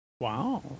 Wow